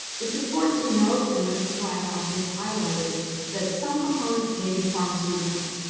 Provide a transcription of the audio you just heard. it's important to note and this is why i have this highlighted that some components may be pharmaceutical.